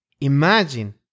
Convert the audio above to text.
Imagine